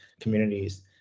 communities